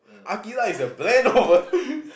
aqilah is a brand of a